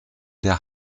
der